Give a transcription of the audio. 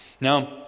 Now